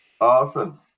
Awesome